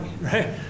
right